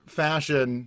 fashion